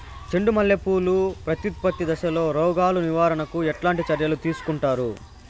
చెండు మల్లె పూలు ప్రత్యుత్పత్తి దశలో రోగాలు నివారణకు ఎట్లాంటి చర్యలు తీసుకుంటారు?